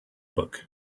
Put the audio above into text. book